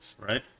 right